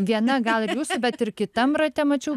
viena gal ir jūsų bet ir kitam rate mačiau